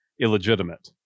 illegitimate